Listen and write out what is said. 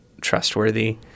trustworthy